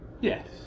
Yes